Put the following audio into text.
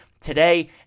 today